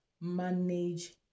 manage